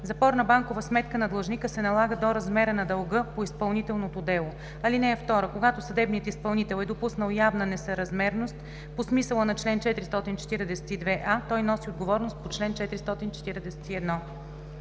Запор на банкова сметка на длъжника се налага до размера на дълга по изпълнителното дело. (2) Когато съдебният изпълнител е допуснал явна несъразмерност по смисъла на чл. 442а, той носи отговорност по чл. 441.“